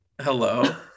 Hello